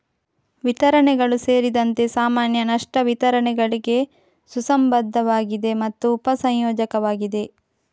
ವಿತರಣೆಗಳು ಸೇರಿದಂತೆ ಸಾಮಾನ್ಯ ನಷ್ಟ ವಿತರಣೆಗಳಿಗೆ ಸುಸಂಬದ್ಧವಾಗಿದೆ ಮತ್ತು ಉಪ ಸಂಯೋಜಕವಾಗಿದೆ